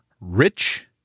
rich